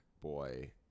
boy